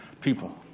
people